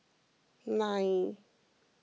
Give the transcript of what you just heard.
nine